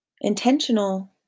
intentional